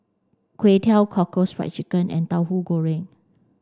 kway teow cockles fried chicken and tahu goreng